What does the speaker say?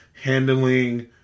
handling